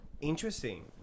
Interesting